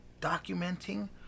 documenting